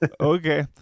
Okay